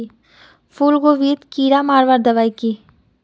फूलगोभीत कीड़ा मारवार दबाई की?